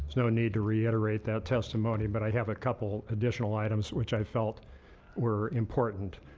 no need to reiterate that testimony but i have a couple additional items which i felt were important.